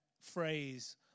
phrase